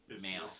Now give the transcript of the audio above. male